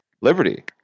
liberty